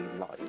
Life